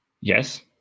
Yes